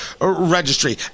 registry